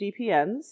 DPNs